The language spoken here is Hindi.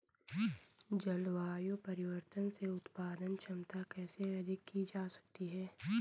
जलवायु परिवर्तन से उत्पादन क्षमता कैसे अधिक की जा सकती है?